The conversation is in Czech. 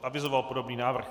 Avizoval podobný návrh.